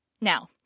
Now